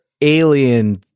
Alien